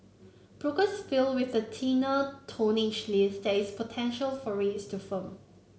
brokers feel with the thinner tonnage list there is potential for rates to firm